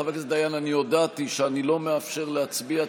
חבר הכנסת דיין, אני הודעתי שאני לא מאפשר להצביע.